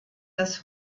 das